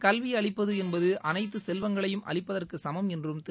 கல்வி அளிப்பது என்பது அனைத்து செல்வங்களையும் அளிப்பதற்கு சமம் என்றம் திரு